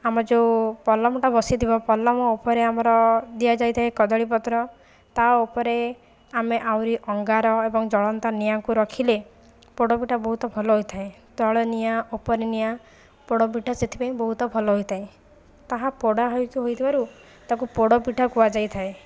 ଆମ ଯେଉଁ ପଲମଟା ବସିଥିବ ପଲମ ଉପରେ ଆମର ଦିଆଯାଇଥାଏ କଦଳିପତ୍ର ତା ଉପରେ ଆମେ ଆହୁରି ଅଙ୍ଗାର ଏବଂ ଜଳନ୍ତା ନିଆଁକୁ ରଖିଲେ ପୋଡ଼ପିଠା ବହୁତ ଭଲ ହୋଇଥାଏ ତଳେ ନିଆଁ ଉପରେ ନିଆଁ ପୋଡ଼ପିଠା ସେଥିପାଇଁ ବହୁତ ଭଲ ହୋଇଥାଏ ତାହା ପୋଡ଼ା ହେଇ ହୋଇଥିବାରୁ ତାକୁ ପୋଡ଼ପିଠା କୁହାଯାଇଥାଏ